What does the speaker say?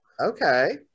Okay